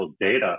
data